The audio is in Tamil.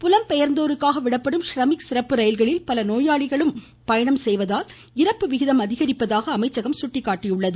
புலம் பெயாந்தவர்களுக்காக விடப்படும் ஷ்ரமிக் சிறப்பு ரயில்களில் பல நோயாளிகளும் பயணம் செய்வதால் இறப்பு விகிதம் அதிகரிப்பதாக அமைச்சகம் சுட்டிக்காட்டியுள்ளது